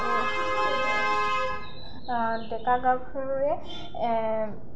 ডেকা গাভৰুৱে